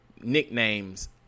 nicknames